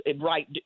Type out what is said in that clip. right